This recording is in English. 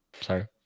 sorry